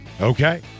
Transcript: Okay